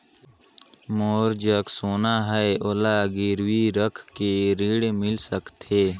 मोर जग सोना है ओला गिरवी रख के ऋण मिल सकथे?